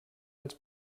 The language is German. als